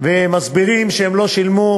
ומסבירים שהם לא שילמו.